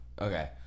Okay